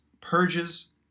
purges